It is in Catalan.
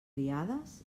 criades